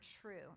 true